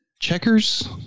Checkers